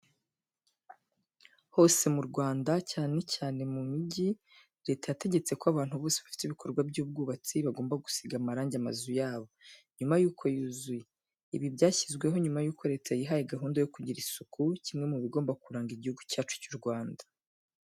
Hose mu Rwanda cyane cyane mu mijyi, Leta yategetse ko abantu bose bafite ibikorwa by'ubwubatsi bagomba gusiga amarange amazu yabo, nyuma y'uko yuzuye. Ibi byashyizweho nyuma yuko Leta yihaye gahunda yo kugira isuku, kimwe mu bigomba kuranga igihugu cyacu cy'u Rwanda.